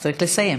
צריך לסיים.